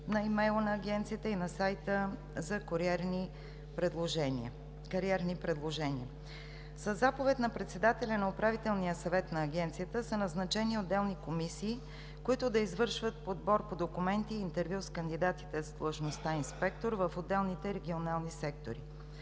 на имейла на Агенцията и на сайта за кариерни предложения. Със заповед на председателя на Управителния съвет на Агенцията са назначени отделни комисии, които да извършват подбор по документи и интервю с кандидатите за длъжността „инспектор“ в отделните регионални сектори.